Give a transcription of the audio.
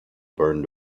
burned